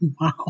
Wow